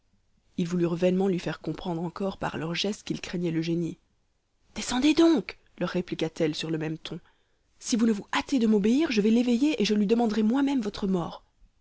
ils voulurent vainement lui faire comprendre encore par leurs gestes qu'ils craignaient le génie descendez donc leur répliqua-t-elle sur le même ton si vous ne vous hâtez de m'obéir je vais l'éveiller et je lui demanderai moi-même votre mort